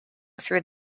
through